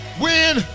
win